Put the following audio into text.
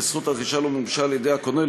וזכות הרכישה לא מומשה על-ידי הקונה,